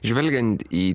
žvelgiant į